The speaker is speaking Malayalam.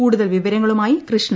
കൂടുതൽ വിവരങ്ങളുമായി കൃഷ്ണ